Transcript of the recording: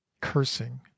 cursing